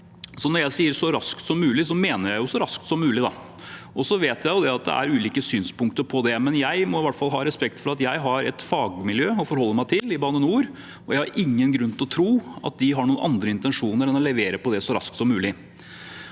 på: Når jeg sier så raskt som mulig, mener jeg jo så raskt som mulig. Jeg vet at det er ulike synspunkter på det, men jeg må i hvert fall ha respekt for at jeg har et fagmiljø å forholde meg til i Bane NOR, og jeg har ingen grunn til å tro at de har noen andre intensjoner enn å levere på det så raskt som mulig.